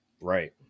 Right